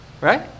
Right